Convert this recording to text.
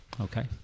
Okay